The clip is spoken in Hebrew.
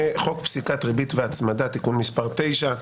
חוק פסיקת ריבית והצמדה (תיקון מס' 9),